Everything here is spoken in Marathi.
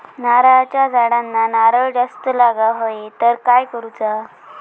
नारळाच्या झाडांना नारळ जास्त लागा व्हाये तर काय करूचा?